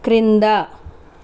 క్రింద